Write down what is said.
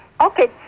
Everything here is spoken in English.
Okay